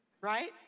right